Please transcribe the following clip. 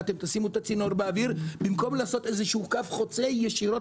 תשימו את הצינור באוויר במקום לעשות קו חוצה ישירות